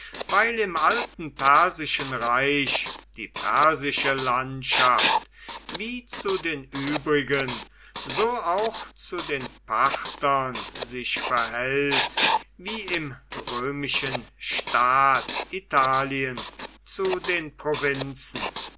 weil im alten persischen reich die persische landschaft wie zu den übrigen so auch zu den parthern sich verhält wie im römischen staat italien zu den provinzen